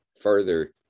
further